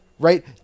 Right